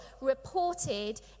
reported